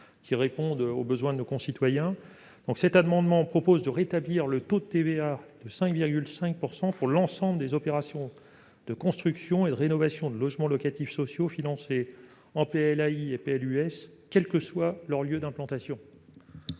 qui répondent aux besoins de nos concitoyens. À cet effet, cet amendement vise à rétablir le taux de TVA de 5,5 % pour l'ensemble des opérations de construction et de rénovation de logements locatifs sociaux financés par des PLAI et des PLUS, quel que soit leur lieu d'implantation.